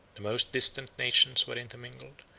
the most distant nations were intermingled,